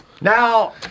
Now